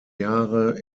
jahre